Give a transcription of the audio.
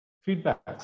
feedback